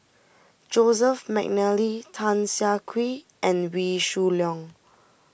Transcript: Joseph McNally Tan Siah Kwee and Wee Shoo Leong